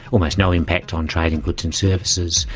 almost no impact on trade in goods and services,